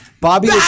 Bobby